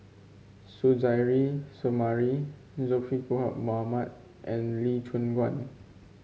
Suzairhe Sumari Zulkifli Bin Mohamed and Lee Choon Guan